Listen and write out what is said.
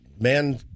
Man